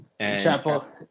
Chapel